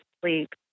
sleep